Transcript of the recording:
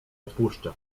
odpuszczę